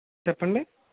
చెప్పండి